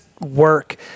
work